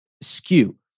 skew